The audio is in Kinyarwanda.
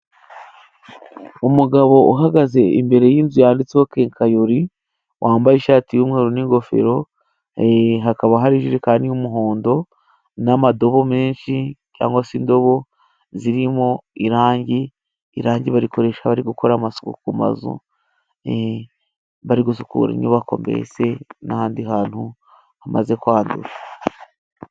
Umugabo uhagaze imbere y'inzu yanditseho kenkayori, wambaye ishati y'umweru n'ingofero, hakaba hari ijerekani y'umuhondo n'amadobo menshi cyangwa se indobo zirimo irangi, irangi barikoresha bari gukora amasuku ku mazu, bari gusukura inyubako, mbese n'ahandi hantu hamaze kwandura.